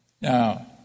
Now